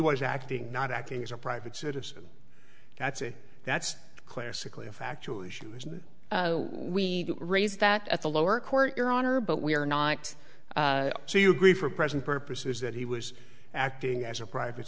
was acting not acting as a private citizen that's it that's classically a factual issue is that we raise that at the lower court your honor but we are not so you agree for present purposes that he was acting as a private